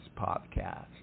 podcast